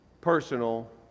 personal